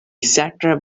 satrap